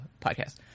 podcast